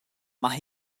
mae